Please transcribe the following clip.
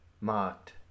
marked